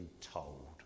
told